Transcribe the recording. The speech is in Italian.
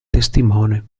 testimone